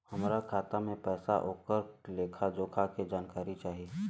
हमार खाता में पैसा ओकर लेखा जोखा के जानकारी चाही?